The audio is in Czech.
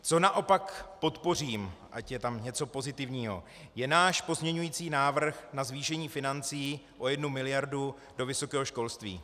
Co naopak podpořím, ať je tam něco pozitivního, je náš pozměňující návrh na zvýšení financí o 1 miliardu do vysokého školství.